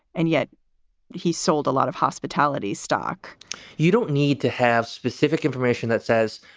and yet he sold a lot of hospitalities stock you don't need to have specific information that says,